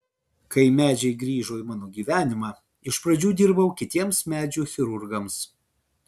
kai medžiai grįžo į mano gyvenimą iš pradžių dirbau kitiems medžių chirurgams